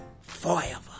forever